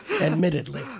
admittedly